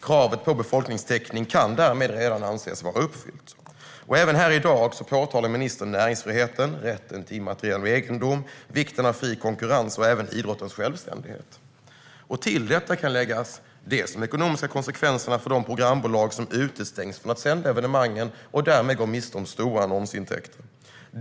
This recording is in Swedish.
Kravet på befolkningstäckning kan därmed redan anses vara uppfyllt. Även här i dag talar ministern om näringsfriheten, rätten till immateriell egendom, vikten av fri konkurrens och även idrottens självständighet. Till detta kan läggas de ekonomiska konsekvenserna för de programbolag som utestängs från att sända evenemangen och därmed går miste om stora annonsintäkter.